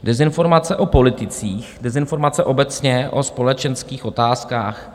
Dezinformace o politicích, dezinformace obecně o společenských otázkách.